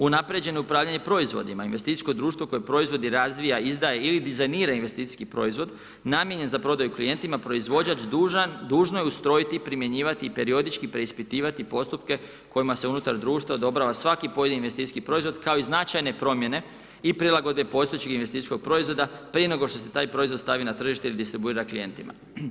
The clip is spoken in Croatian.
Unaprijeđeno upravljanje proizvodima, investicijsko društvo koje proizvodi, razvija, izdaje ili dizajnira investicijski proizvod namijenjen za prodaju klijentima proizvođač dužan, dužno je ustrojiti i primjenjivati, periodički preispitivati postupke kojima se unutar društva odobrava svaki pojedini investicijski proizvod kao i značajne promjene i prilagodbe postojećeg investicijskog proizvoda prije nego što se taj proizvod stavi na tržište i distribuira klijentima.